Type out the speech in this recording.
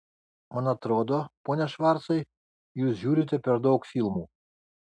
man atrodo pone švarcai jūs žiūrite per daug filmų